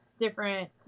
different